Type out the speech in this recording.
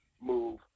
move